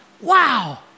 Wow